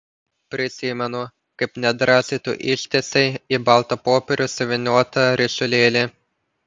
prisimenu kaip nedrąsiai tu ištiesei į baltą popierių suvyniotą ryšulėlį